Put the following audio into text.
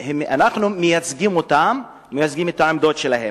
אנחנו מייצגים אותם ומייצגים את העמדות שלהם.